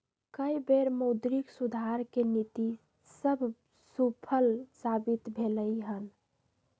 कय बेर मौद्रिक सुधार के नीति सभ सूफल साबित भेलइ हन